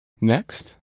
Next